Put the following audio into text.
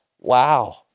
wow